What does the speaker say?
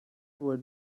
would